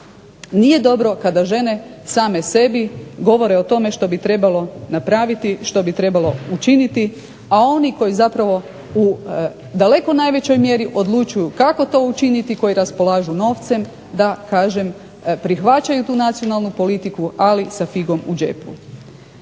Nije dobro kada žene same sebi govore o tome što bi trebalo napraviti, što bi trebalo učiniti, a oni koji zapravo u daleko najvećoj mjeri odlučuju kako to učiniti, koji raspolažu novcem da kažem prihvaćaju tu nacionalnu politiku ali sa figom u džepu.